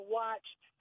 watched